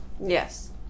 Yes